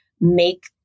make